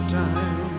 time